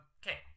okay